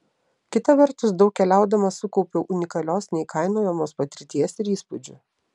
kita vertus daug keliaudama sukaupiau unikalios neįkainojamos patirties ir įspūdžių